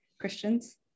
christians